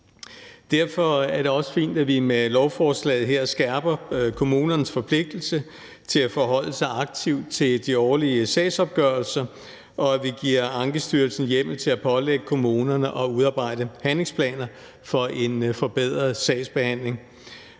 Derfor er det også fint, at vi med lovforslaget her skærper kommunernes forpligtelser til at forholde sig aktivt til de årlige sagsopgørelser, og at vi giver Ankestyrelsen hjemmel til at pålægge kommunerne at udarbejde handlingsplaner for en forbedret sagsbehandling